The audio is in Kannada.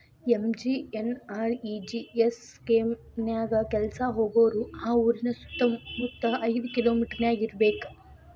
ಎಂ.ಜಿ.ಎನ್.ಆರ್.ಇ.ಜಿ.ಎಸ್ ಸ್ಕೇಮ್ ನ್ಯಾಯ ಕೆಲ್ಸಕ್ಕ ಹೋಗೋರು ಆ ಊರಿನ ಸುತ್ತಮುತ್ತ ಐದ್ ಕಿಲೋಮಿಟರನ್ಯಾಗ ಇರ್ಬೆಕ್